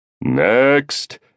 Next